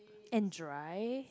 and dry